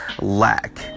lack